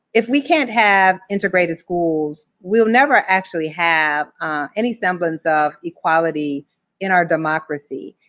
if we can't have integrated schools, we'll never actually have any semblance of equality in our democracy,